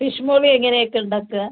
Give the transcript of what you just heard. fish molee എങ്ങനെയൊക്കെയാ ഉണ്ടാക്കുക